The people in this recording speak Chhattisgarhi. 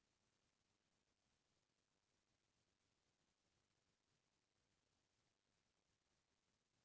आमा के लकड़ी ह घलौ बनेच पोठलगहा होथे